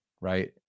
right